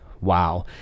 wow